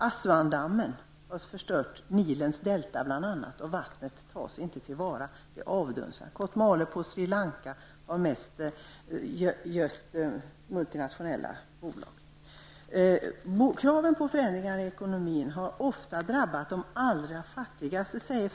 Assuandammen har bl.a. förstört Nilens delta, och vattnet tas inte till vara utan avdunstar. Kotmale på Sri Lanka har mest gött multinationella bolag. Frank Vogl i Världsbanken säger att kraven på förändringar i ekonomin har ofta drabbat de allra fattigaste.